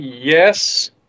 yes